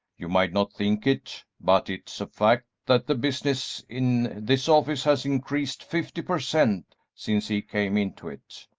you might not think it, but it's a fact that the business in this office has increased fifty per cent. since he came into it.